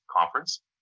conference